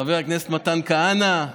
חבר הכנסת מתן כהנא,